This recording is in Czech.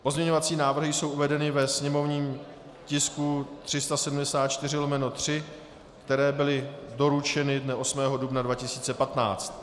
Pozměňovací návrhy jsou uvedeny ve sněmovním tisku 374/3, které byly doručeny dne 8. dubna 2015.